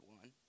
one